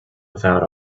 without